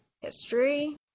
history